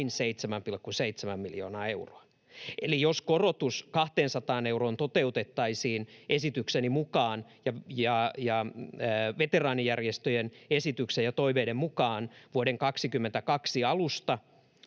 vain 7,7 miljoonaa euroa. Eli jos korotus 200 euroon toteutettaisiin esitykseni mukaan — ja veteraanijärjestöjen esityksen ja toiveiden mukaan — vuoden 22 alusta,